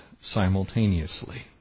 simultaneously